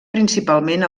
principalment